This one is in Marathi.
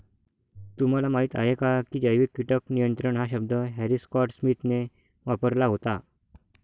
तुम्हाला माहीत आहे का की जैविक कीटक नियंत्रण हा शब्द हॅरी स्कॉट स्मिथने वापरला होता?